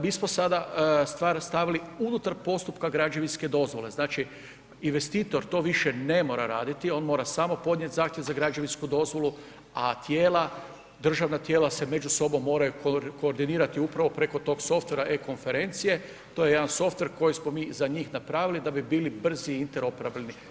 Mi smo stvar stavili unutar postupka građevinske dozvole, znači investitor to više ne mora raditi, on mora samo podnijet zahtjev za građevinsku dozvolu a tijela, državna tijela se među sobom moraju koordinirati upravo preko tog softvera e-konferencije, to je jedan softver koji smo mi za njih napravili da bi bili brzi i interoperabilni.